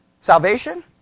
Salvation